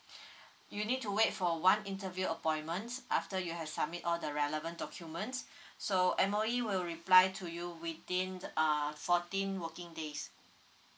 you need to wait for one interview appointment after you have submit all the relevant documents so M_O_E will reply to you within err fourteen working days